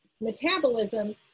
metabolism